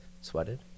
sweated